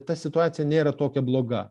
ta situacija nėra tokia bloga